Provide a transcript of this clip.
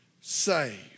saved